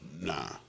Nah